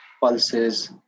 pulses